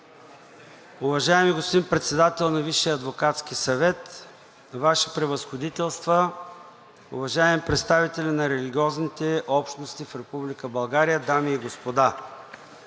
уважаеми господин председател на Висшия адвокатски съвет, Ваши Превъзходителства, уважаеми представители на религиозните общности в Република България, дами и господа!